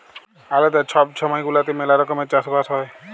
আলেদা ছব ছময় গুলাতে ম্যালা রকমের চাষ বাস হ্যয়